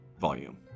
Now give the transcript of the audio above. volume